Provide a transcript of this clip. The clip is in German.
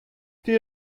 die